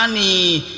um the